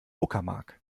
uckermark